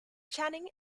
channing